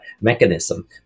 mechanism